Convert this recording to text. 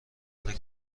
کار